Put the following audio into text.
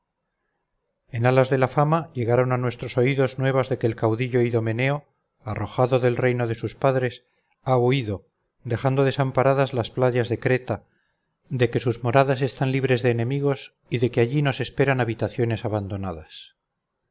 en alas de la fama llegan a nuestros oídos nuevas de que el caudillo idomeneo arrojado del reino de sus padres ha huido dejando desamparadas las playas de creta de que sus moradas están libres de enemigos y de que allí nos esperan habitaciones abandonadas